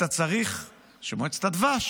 אתה צריך שמועצת הדבש